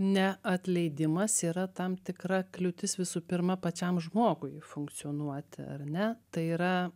neatleidimas yra tam tikra kliūtis visų pirma pačiam žmogui funkcionuoti ar ne tai yra